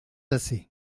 assez